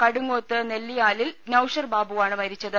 കടുങ്ങൂത്ത് നെല്ലിയാലിൽ നൌഷർ ബാബുവാണ് മരിച്ചത്